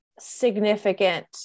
significant